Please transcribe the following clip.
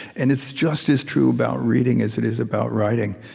and it's just as true about reading as it is about writing.